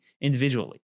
individually